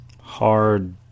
hard